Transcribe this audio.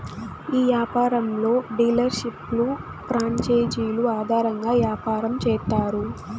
ఈ యాపారంలో డీలర్షిప్లు ప్రాంచేజీలు ఆధారంగా యాపారం చేత్తారు